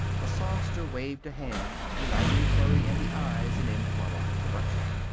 the songster waved a hand uniting terry and the eyes in informal introduction.